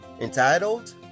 entitled